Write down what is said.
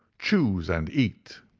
choose and eat.